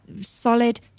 solid